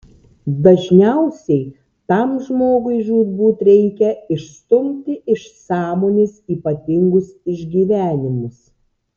dažniausiai tam žmogui žūtbūt reikia išstumti iš sąmonės ypatingus išgyvenimus